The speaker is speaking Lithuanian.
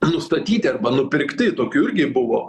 nustatyti arba nupirkti tokių irgi buvo